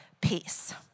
peace